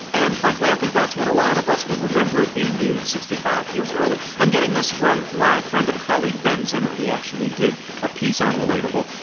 and frankly, i think that's when a lot of us would remember it being you sixty five feels early. i'm getting this from my friend and. colleague ben zimmer, he actually did a piece on relatable.